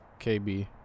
KB